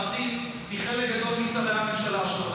להבדיל מחלק גדול משרי הממשלה שלכם.